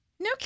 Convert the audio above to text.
No